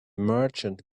merchant